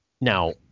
Now